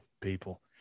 people